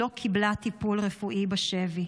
והיא לא קיבלה טיפול רפואי בשבי.